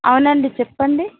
అవునండి చెప్పండి